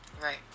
Right